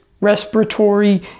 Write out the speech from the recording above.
respiratory